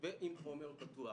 ועם חומר פתוח.